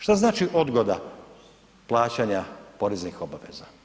Što znači odgoda plaćanja poreznih obaveza?